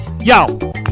Yo